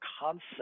concept